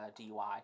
DUI